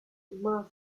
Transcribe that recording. maser